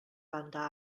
banda